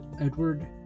Edward